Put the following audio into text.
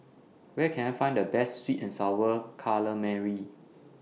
Where Can I Find The Best Sweet and Sour Calamari